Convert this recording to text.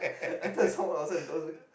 I thought there was someone outside the toilet